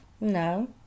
No